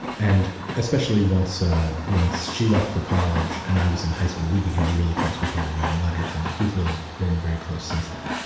and especially, once ah once she left for college, and i was in high school, we became really close. we started writing letters, and we've really been very close since then